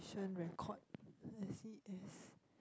record S_E_S